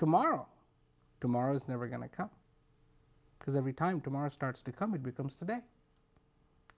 tomorrow tomorrow's never going to come because every time tomorrow starts to come it becomes today